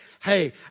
hey